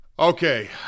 Okay